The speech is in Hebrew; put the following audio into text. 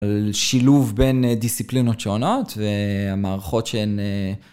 על שילוב בין דיסיפלינות שונות והמערכות שהן...